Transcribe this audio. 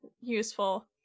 useful